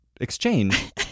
exchange